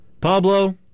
Pablo